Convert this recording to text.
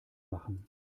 machen